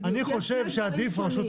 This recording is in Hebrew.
לא אני שואל על היחס בין רשות